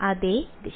അതേ ദിശ